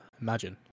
Imagine